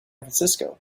francisco